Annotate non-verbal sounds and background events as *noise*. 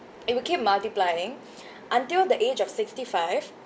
it will keep multiplying *breath* until the age of sixty five